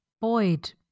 Boyd